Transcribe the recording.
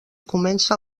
comença